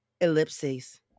ellipses